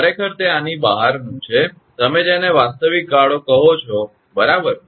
ખરેખર તે આની બહારનું છે તમે જેને વાસ્તવિક ગાળો કહો છો બરાબર